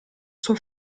sua